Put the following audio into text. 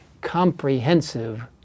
comprehensive